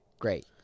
Great